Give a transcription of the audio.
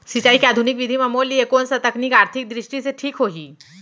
सिंचाई के आधुनिक विधि म मोर लिए कोन स तकनीक आर्थिक दृष्टि से ठीक होही?